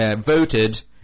voted